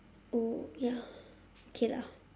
oh ya okay lah